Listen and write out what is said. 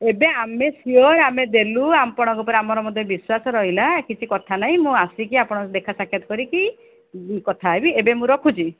ଏବେ ଆମେ ସିଓର ଆମେ ଦେଲୁ ଆପଣଙ୍କ ଉପରେ ଆମର ମଧ୍ୟ ବିଶ୍ଵାସ ରହିଲା କିଛି କଥା ନାହିଁ ମୁଁ ଆସିକି ଆପଣଙ୍କ ଦେଖା ସାକ୍ଷାତ କରକି କଥା ହେବି ଏବେ ମୁଁ ରଖୁଛି